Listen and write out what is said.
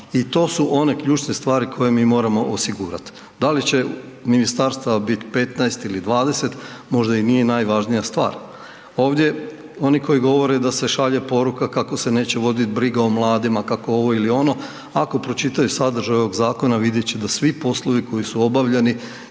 i to su one ključne stvari koje mi moramo osigurat. Da li će ministarstva bit 15 ili 20, možda i nije najvažnija stvar. Ovdje oni koji govore da se šalje poruka kako se neće vodit briga o mladima, kako ovo ili ono, ako pročitaju sadržaj ovog zakona, vidjet će da svi poslovi koji su obavljani